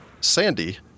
Sandy